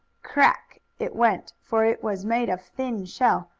crack! it went, for it was made of thin shell,